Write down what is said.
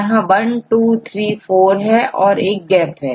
यहां 1234 है और एक गैप है